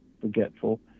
forgetful